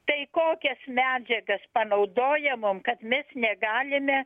tai kokias medžiagas panaudoja mum kad mes negalime